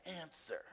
answer